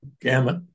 gamut